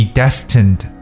destined